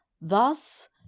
Thus